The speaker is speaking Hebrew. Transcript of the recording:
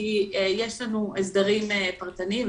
כי יש לנו הסדרים פרטניים,